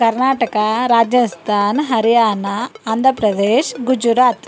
Karnataka Rajasthan Haryana Andhra Pradesh Gujarat